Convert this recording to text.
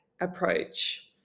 approach